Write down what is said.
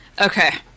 Okay